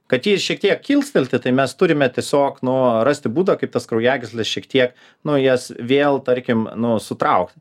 kad jį šiek tiek kilstelti tai mes turime tiesiog nu rasti būdą kaip tas kraujagysles šiek tiek nu jas vėl tarkim nu sutraukt